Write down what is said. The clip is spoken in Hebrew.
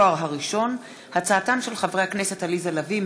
דיון מהיר בהצעתם של חברי הכנסת עליזה לביא,